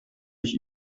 ich